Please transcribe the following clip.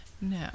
No